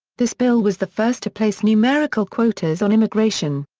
this bill was the first to place numerical quotas on immigration.